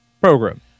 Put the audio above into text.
program